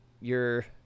your-